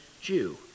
Jew